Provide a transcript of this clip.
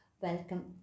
welcome